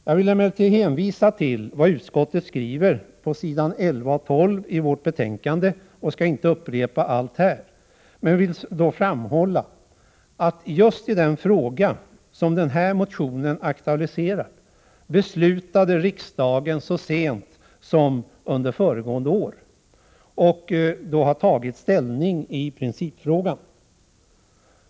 Jag vill emellertid hänvisa till vad utskottet skriver på s. 11 och 12 i utskottsbetänkandet och skall inte upprepa allt här. Jag vill då framhålla att just i den fråga som den här motionen aktualiserar fattade riksdagen beslut så sent som föregående år. Man har alltså tagit ställning i principfrågan.